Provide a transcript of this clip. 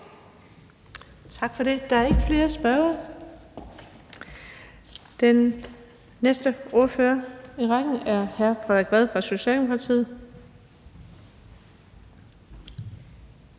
Tak for det. Der er ikke flere spørgere. Den næste ordfører i rækken er hr. Frederik Vad fra Socialdemokratiet.